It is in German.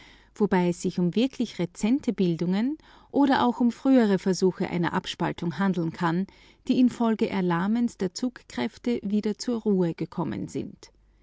wobei es sich um rezente noch nicht beendete abspaltungen oder auch um frühere versuche einer solchen handeln kann die infolge erlahmens der zugkräfte wieder zur ruhe gekommen sind